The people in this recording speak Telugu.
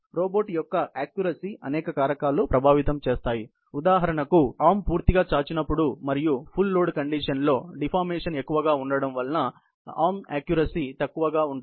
రోబోట్ యొక్క ఆక్క్యురసీ అనేక కారకాలు ప్రభావితము చేస్తాయి ఉదాహరణకు చేయి పూర్తిగా చాచినప్పుడు మరియు ఫుల్ లోడ్ కండిషన్ లో డిఫామేషేన్ ఎక్కువ ఉండటం చేత ఆక్క్యురసీ తక్కువగా ఉంటుంది